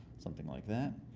something like that.